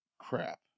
crap